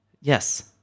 yes